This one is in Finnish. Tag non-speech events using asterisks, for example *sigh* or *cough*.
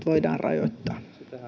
*unintelligible* voidaan rajoittaa